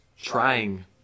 Trying